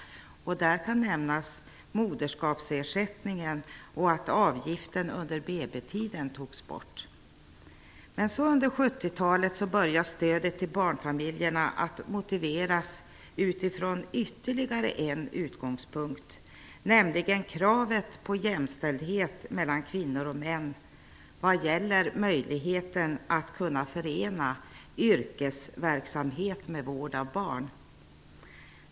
Där kan nämnas moderskapsersättningen och att avgiften under BB Men så under 1970-talet började stödet till barnfamiljerna att motiveras utifrån ytterligare en utgångspunkt, nämligen kravet på jämställdhet mellan kvinnor och män vad gäller möjlighet att förena yrkesverksamhet med vård av barn.